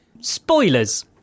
Spoilers